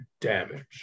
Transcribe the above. damage